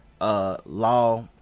Law